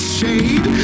shade